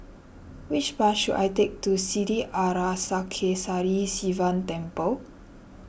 which bus should I take to Sri Arasakesari Sivan Temple